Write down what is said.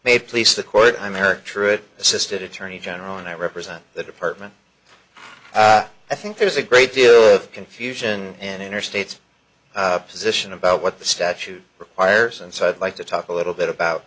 please the court i'm eric tritt assisted attorney general and i represent the department i think there's a great deal of confusion and interstate opposition about what the statute requires and so i'd like to talk a little bit about